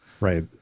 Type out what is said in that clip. right